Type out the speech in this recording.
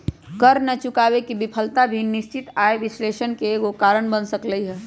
कर न चुकावे के विफलता भी निश्चित आय विश्लेषण के एगो कारण बन सकलई ह